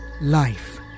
Life